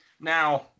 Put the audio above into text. Now